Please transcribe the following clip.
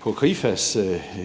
på Krifas